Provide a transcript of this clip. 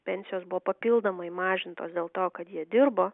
pensijos buvo papildomai mažintos dėl to kad jie dirbo